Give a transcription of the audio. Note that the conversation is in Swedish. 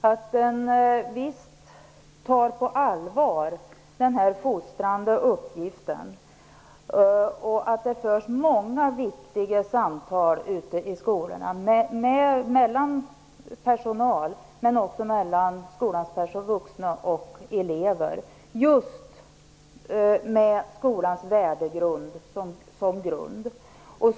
Visst tar man denna fostrande uppgift på allvar, och visst förs det många viktiga samtal ute i skolorna mellan personalen men också mellan skolans personal, vuxna och eleverna just med skolans värdegrund i botten.